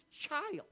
child